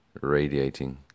radiating